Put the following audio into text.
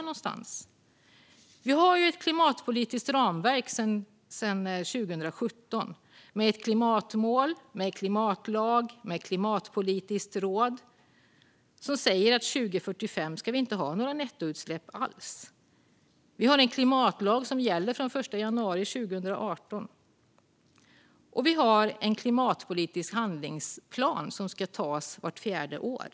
Sedan 2017 har vi ett klimatpolitiskt ramverk, med klimatmål, en klimatlag och ett klimatpolitiskt råd, som säger att vi inte ska ha några nettoutsläpp alls 2045. Vi har en klimatlag som gäller sedan den 1 januari 2018. Och en klimatpolitisk handlingsplan ska tas vart fjärde år.